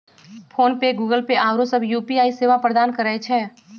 PhonePe, Google Pay आउरो सभ UPI सेवा प्रदान करै छै